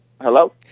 Hello